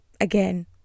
Again